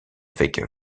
avec